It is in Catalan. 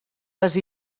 les